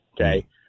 Okay